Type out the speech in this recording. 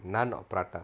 naan or prata